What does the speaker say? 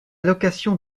location